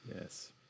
yes